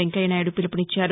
Venkaiah Naidu పీలుపునిచ్చారు